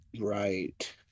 Right